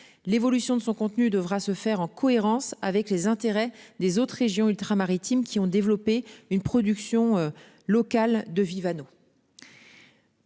l'évolution de son contenu devra se faire en cohérence avec les intérêts des autres régions ultra-maritimes qui ont développé une production locale de vivaneau.--